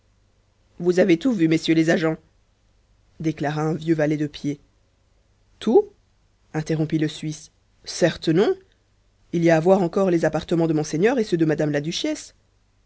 vous avez tout vu messieurs les agents déclara un vieux valet de pied tout interrompit le suisse certes non il y a à voir encore les appartements de monseigneur et ceux de mme la duchesse